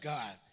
God